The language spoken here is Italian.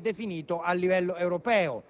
definito a livello europeo.